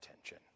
attention